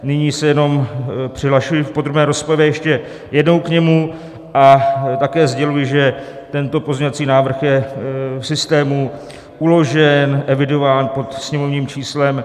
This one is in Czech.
Nyní se jenom přihlašuji v podrobné rozpravě ještě jednou k němu a také sděluji, že tento pozměňovací návrh je v systému uložen, evidován, pod sněmovním číslem 6739.